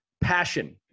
Passion